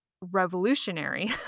revolutionary